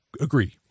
agree